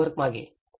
framework मागे